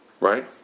Right